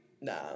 No